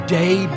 day